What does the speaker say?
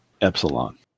Epsilon